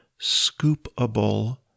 scoopable